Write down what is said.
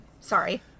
Sorry